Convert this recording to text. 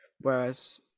Whereas